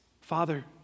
Father